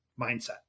mindset